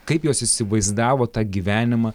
kaip jos įsivaizdavo tą gyvenimą